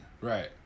Right